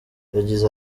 yagize